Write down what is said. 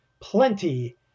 plenty